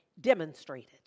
demonstrated